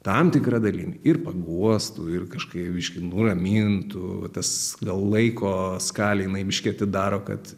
tam tikra dalimi ir paguostų ir kažkaip biški nuramintų tas gal laiko skalė jinai biški atidaro kad